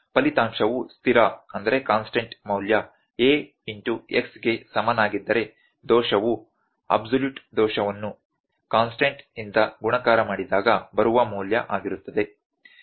ಫಲಿತಾಂಶವು ಸ್ಥಿರ ಮೌಲ್ಯ A ಇಂಟು x ಗೆ ಸಮನಾಗಿದ್ದರೆ ದೋಷವು ಅಬ್ಸಲ್ಯೂಟ್ ದೋಷವನ್ನು ಕಾನ್ಸ್ಟಂಟ್ ಇಂದ ಗುಣಾಕಾರ ಮಾಡಿದಾಗ ಬರುವ ಮೌಲ್ಯ ಆಗಿರುತ್ತದೆ